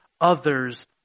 others